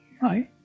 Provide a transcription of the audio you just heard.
Hi